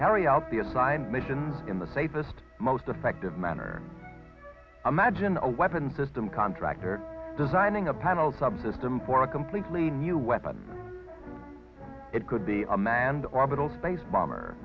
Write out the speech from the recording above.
carry out the assigned missions in the safest most effective manner imagine a weapons system contractor designing a panel subsystem for a completely new weapon it could be a manned orbital space bomber